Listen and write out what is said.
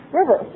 river